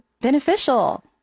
beneficial